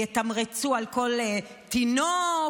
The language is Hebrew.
יתמרצו על כל תינוק?